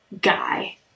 guy